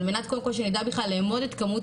על מנת קודם כל שנדע בכלל לאמוד את כמות